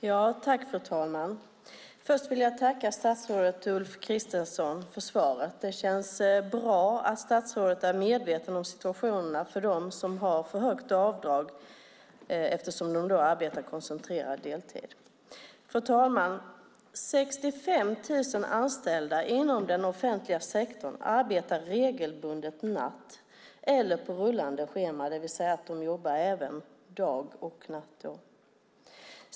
Fru talman! Först vill jag tacka statsrådet Ulf Kristersson för svaret. Det känns bra att statsrådet är medveten om situationerna för dem som har för högt avdrag eftersom de arbetar koncentrerad deltid. Fru talman! 65 000 anställda inom den offentliga sektorn arbetar natt regelbundet eller på rullande schema, det vill säga att de jobbar både dag och natt.